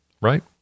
right